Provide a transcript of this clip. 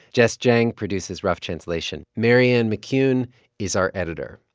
jess jiang produces rough translation. marianne mccune is our editor.